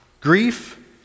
Grief